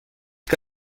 que